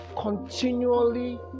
continually